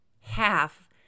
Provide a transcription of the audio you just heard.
half